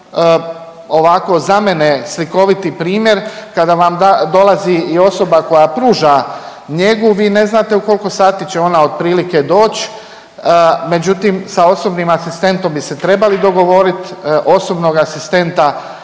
ovako za mene slikoviti primjer kada vam dolazi i osoba koja pruža njegu vi ne znate u koliko sati će ona otprilike doći, međutim sa osobnim asistentom bi se trebali dogovoriti. Osobno asistenta